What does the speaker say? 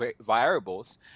variables